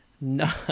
No